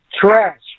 trash